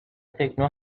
تکنو